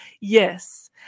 Yes